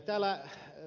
täällä ed